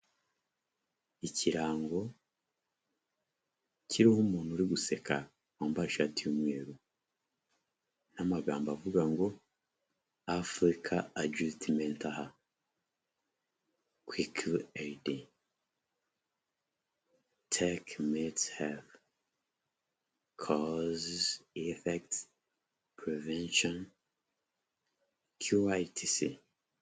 Ikirango kiriho umuntu uri guseka wambaye ishati y'umweru n’amagambo avuga ngo “Africa Agility Mentor Her 3.0 quickly aid Tech Meets Health causes effects prevention cure” etc…